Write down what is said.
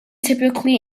typically